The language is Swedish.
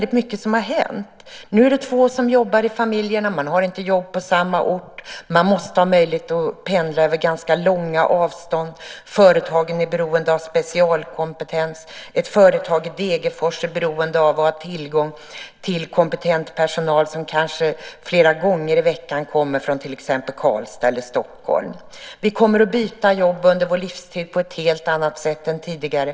Mycket har hänt. Nu finns det två i familjen som jobbar. De har inte jobb på samma ort. De måste ha möjlighet att pendla över ganska långa avstånd. Företagen är beroende av specialkompetens. Ett företag i Degerfors är beroende av att ha tillgång till kompetent personal som kan komma flera gånger i veckan från till exempel Karlstad eller Stockholm. Vi kommer att byta jobb under vår livstid på ett helt annat sätt än tidigare.